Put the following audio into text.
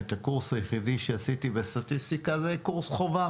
הקורס היחידי שעשיתי בסטטיסטיקה זה קורס חובה,